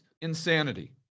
insanity